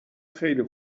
خیلی